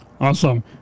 Awesome